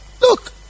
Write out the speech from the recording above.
Look